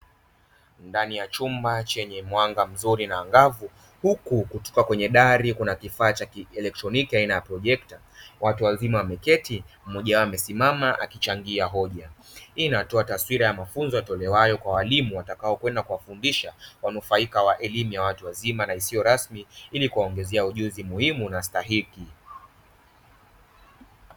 Ndani ya chumba chenye mwanga mzuri na angavu huku kutoka kwenye dari kuna kifaa cha kielektroniki aina ya projekta, watu wazima wameketi mmoja wao amesimama akichangia hoja. Hii inatoa taswira ya mafunzo yatolewayo kwa walimu watakaokwenda kuwafundisha wanufaika wa elimu ya watu wazima na isiyo rasmi ili kuwaongezea ujuzi muhimu na stahiki.